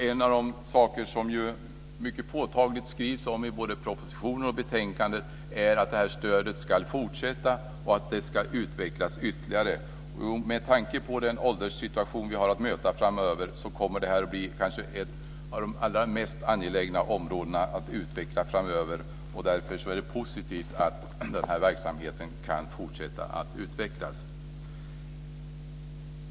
En av de saker som det mycket påtagligt skrivs om både i propositionen och i betänkandet är att det här stödet ska fortsätta och utvecklas ytterligare. Med tanke på den ålderssituation som vi har att möta framöver kommer det här att bli kanske ett av de mest angelägna områdena att utveckla. Därför är det positivt att den här verksamheten kan fortsätta att utvecklas.